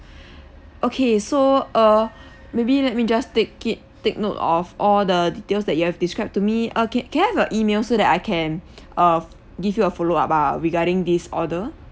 okay so uh maybe let me just take it take note of all the details that you have described to me uh can can I have your email so that I can uh give you a follow up ah regarding this order